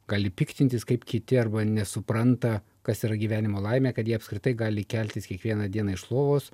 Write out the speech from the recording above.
gali piktintis kaip kiti arba nesupranta kas yra gyvenimo laimė kad jie apskritai gali keltis kiekvieną dieną iš lovos